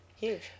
Huge